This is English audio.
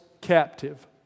captive